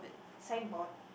signboard